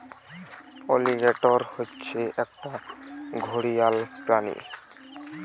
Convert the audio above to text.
alligator হচ্ছে একটা ঘড়িয়াল প্রাণী